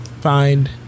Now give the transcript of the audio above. find